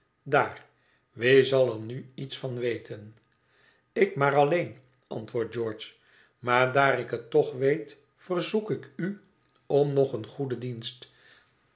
daar wie zal er nu iets van weten ik maar alleen antwoordt george maar daar ik het toch weet verzoek ik u om nog een goeden dienst